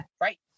Right